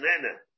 Nana